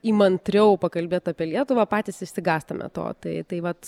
įmantriau pakalbėt apie lietuvą patys išsigąstame to tai tai vat